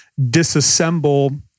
disassemble